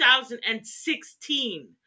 2016